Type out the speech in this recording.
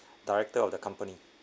director of the company